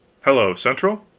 hello central!